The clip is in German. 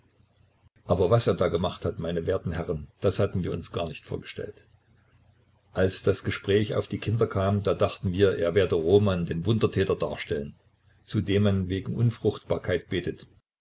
aber was er da gemacht hat meine werten herren das hatten wir uns gar nicht vorgestellt als das gespräch auf die kinder kam da dachten wir er werde roman den wundertäter darstellen zu dem man wegen unfruchtbarkeit betet